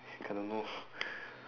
I don't know